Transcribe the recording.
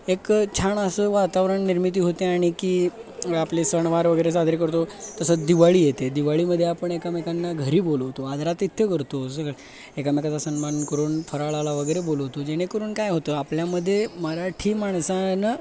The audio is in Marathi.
एक छान असं वातावरण निर्मिती होते आणि की आपले सणवार वगैरे साजरे करतो तसंच दिवाळी येते दिवाळीमध्ये आपण एकामेकांना घरी बोलवतो आदरातिथ्य करतो सगळं एकामेकांचा सन्मान करून फराळाला वगैरे बोलवतो जेणेकरून काय होतं आपल्यामध्ये मराठी माणसांना